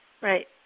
right